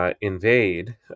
Invade